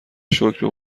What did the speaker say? شکر، به